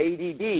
ADD